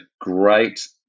great